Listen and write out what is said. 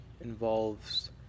involves